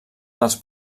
dels